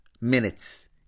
minutes